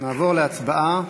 נעבור להצבעה.